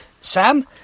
sam